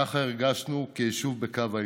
ככה הרגשנו כיישוב בקו עימות,